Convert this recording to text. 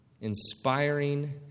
inspiring